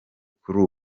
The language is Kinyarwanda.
kuri